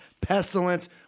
pestilence